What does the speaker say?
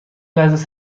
لحظه